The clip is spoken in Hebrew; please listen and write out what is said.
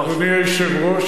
אדוני היושב-ראש,